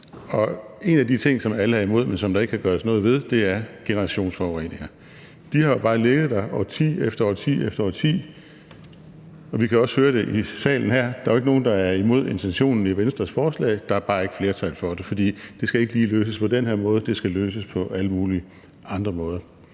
og en af de ting, som alle er imod, men som der ikke kan gøres noget ved, er generationsforureninger. De har jo bare ligget der årti efter årti, og vi kan også høre det i salen her: Der er ikke nogen, der er imod intentionen i Venstres forslag. Der er bare ikke flertal for det, for det skal ikke lige løses på den her måde – det skal løses på alle mulige andre måder.